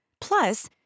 Plus